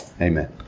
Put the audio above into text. Amen